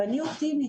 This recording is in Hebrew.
אני אופטימית.